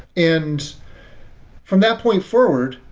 and from that point forward,